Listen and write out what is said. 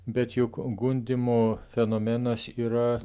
bet juk gundymų fenomenas yra